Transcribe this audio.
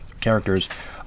characters